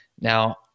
Now